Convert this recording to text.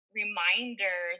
reminder